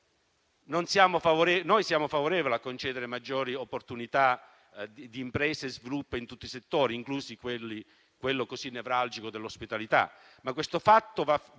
Noi siamo favorevoli a concedere maggiori opportunità di impresa e sviluppo in tutti i settori, inclusi quello così nevralgico dell'ospitalità, ma questo va fatto